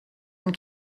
and